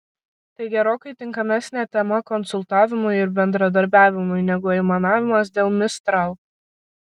tai gerokai tinkamesnė tema konsultavimui ir bendradarbiavimui negu aimanavimas dėl mistral